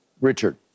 Richard